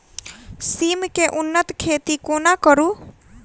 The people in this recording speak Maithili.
सिम केँ उन्नत खेती कोना करू?